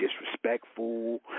disrespectful